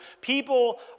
People